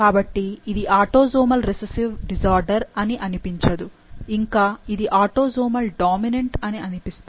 కాబట్టి ఇది autosomal recessive disorder అని అనిపించదు ఇంకా ఇది ఆటోసోమల్ డామినెంట్ అని అనిపిస్తుంది